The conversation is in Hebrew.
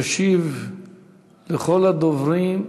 וישיב לכל הדוברים,